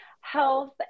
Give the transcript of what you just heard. health